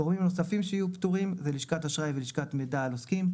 גורמים נוספים שיהיו פטורים אלו לשכת האשראי ולשכת מידע על עוסקים.